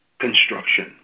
construction